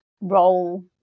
role